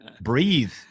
breathe